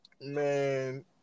Man